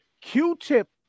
Q-tip